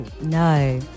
No